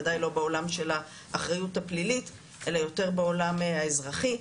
וודאי לא בעולם של האחריות הפלילית אלא יותר בעולם האזרחי,